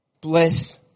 Bless